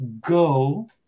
go